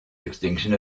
extinction